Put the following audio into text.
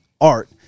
art